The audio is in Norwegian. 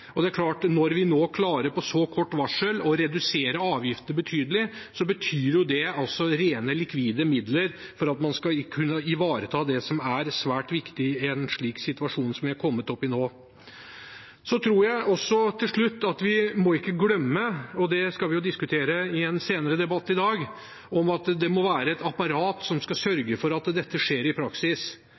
kort varsel klarer å redusere avgiftene betydelig, betyr det rene likvide midler for å kunne ivareta det som er svært viktig i en slik situasjon som vi er kommet opp i nå. Vi må heller ikke glemme – og dette skal vi jo diskutere i en senere debatt i dag – at det må være et apparat som sørger for at dette skjer i praksis.